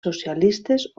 socialistes